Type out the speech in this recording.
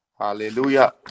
Hallelujah